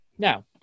Now